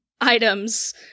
items